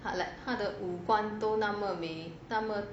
part like 他的五官都那么